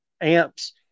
amps